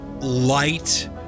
light